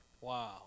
Wow